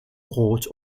brot